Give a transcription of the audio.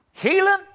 Healing